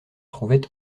trouvait